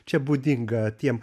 čia būdingą tiem